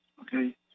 Okay